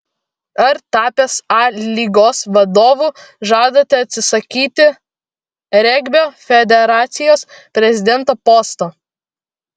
ar tapęs a lygos vadovu žadate atsisakyti regbio federacijos prezidento posto